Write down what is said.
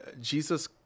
Jesus